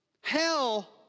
hell